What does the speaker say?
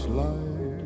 life